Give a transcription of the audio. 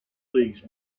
leagues